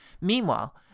Meanwhile